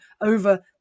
over